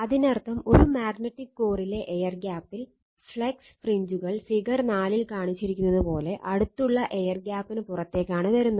അതിനർത്ഥം ഒരു മാഗ്നെറ്റിക് കോറിലെ എയർ ഗ്യാപ്പിൽ ഫ്ലക്സ് ഫ്രിഞ്ചുകൾ ഫിഗർ 4 ൽ കാണിച്ചിരിക്കുന്നതുപോലെ അടുത്തുള്ള എയർ ഗ്യാപ്പിന് പുറത്തേക്കാണ് വരുന്നത്